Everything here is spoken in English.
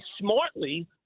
smartly